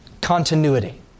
continuity